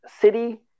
city